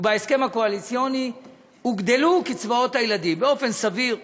ובהסכם הקואליציוני הוגדלו קצבאות הילדים באופן סביר.